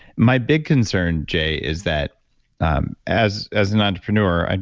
my big concern, jay, is that um as as an entrepreneur, ah